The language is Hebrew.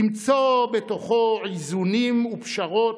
למצוא בתוכו איזונים ופשרות.